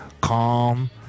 calm